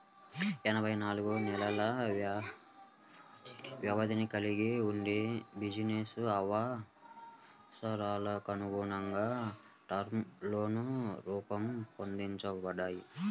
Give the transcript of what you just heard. ఎనభై నాలుగు నెలల వ్యవధిని కలిగి వుండి బిజినెస్ అవసరాలకనుగుణంగా టర్మ్ లోన్లు రూపొందించబడ్డాయి